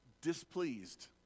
displeased